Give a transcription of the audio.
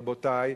רבותי,